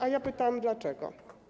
A ja pytam: Dlaczego?